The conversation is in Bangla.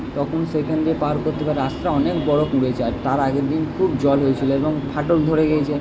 তখন সেখান দিয়ে পার করতে হবে রাস্তা অনেক বড়ো খুঁড়েছে আর তার আগের দিন খুব জল হয়েছিলো এবং ফাটল ধরে গিয়েছে